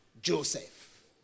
Joseph